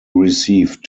received